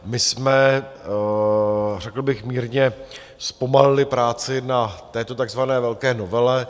My jsme řekl bych mírně zpomalili práci na této takzvané velké novele.